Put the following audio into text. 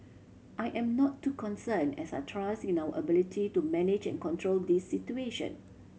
I am not too concerned as I trust in our ability to manage and control this situation